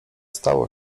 stało